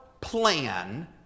plan